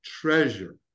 treasure